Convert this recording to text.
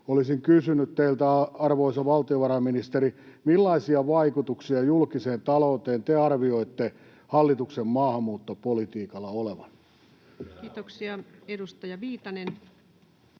Olisin kysynyt teiltä, arvoisa valtiovarainministeri: millaisia vaikutuksia julkiseen talouteen te arvioitte hallituksen maahanmuuttopolitiikalla olevan? Kiitoksia. — Edustaja Viitanen.